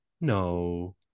no